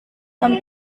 tom